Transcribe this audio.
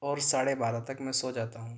اور ساڑھے بارہ تک میں سو جاتا ہوں